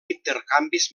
intercanvis